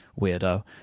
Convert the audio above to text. weirdo